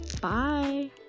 bye